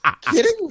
kidding